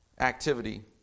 activity